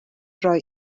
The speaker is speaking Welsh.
rhoi